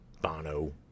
Bono